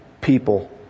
people